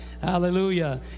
Hallelujah